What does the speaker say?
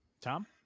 Tom